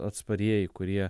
atsparieji kurie